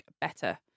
better